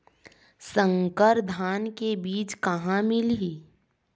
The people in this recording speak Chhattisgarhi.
संकर धान के बीज कहां मिलही?